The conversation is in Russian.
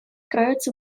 кроются